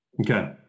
Okay